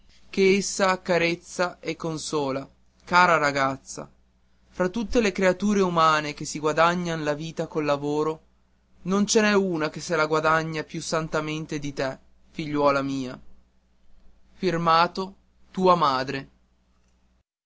che essa accarezza e consola cara ragazza fra tutte le creature umane che si guadagnan la vita col lavoro non ce n'è una che se la guadagni più santamente di te figliuola mia a io a madre